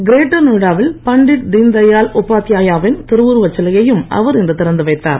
greater Noida வில் பண்டித் தீன்தயாள் உபாத்யாயா வின் திருவுருவ சிலையையும் அவர் இன்று திறந்து வைத்தார்